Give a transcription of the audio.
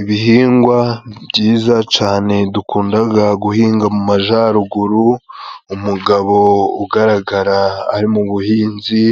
Ibihingwa byiza cane dukundaga guhinga mu majaruguru, umugabo ugaragara ari mu buhinzi,